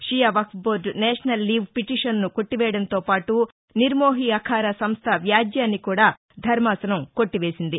షియా వక్ఫ్ board national leave పిటిషన్ను ను కొట్టివేయడంతో పాటు నిర్మోహి అఖారా సంస్థ వ్యాజ్యాన్ని కూడా ధర్మాసనం కొట్టివేసింది